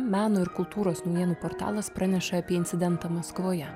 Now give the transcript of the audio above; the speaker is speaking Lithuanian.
meno ir kultūros naujienų portalas praneša apie incidentą maskvoje